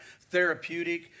therapeutic